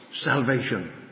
salvation